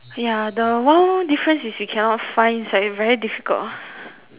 ya the one more difference is we cannot find it's like very difficult